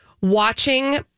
watching